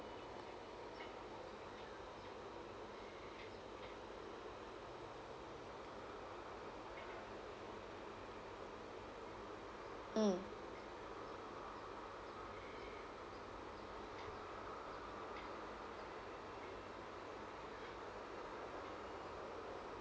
mm